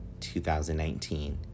2019